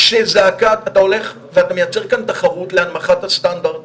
כשאתה הולך ומייצר כאן תחרות להנמכת הסטנדרט